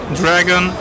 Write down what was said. dragon